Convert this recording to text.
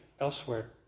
elsewhere